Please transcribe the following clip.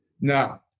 Now